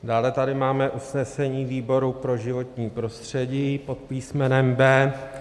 Dále tady máme usnesení výboru pro životní prostředí pod písmenem B.